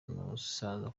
musaza